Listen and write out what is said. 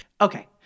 Okay